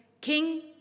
King